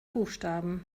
buchstaben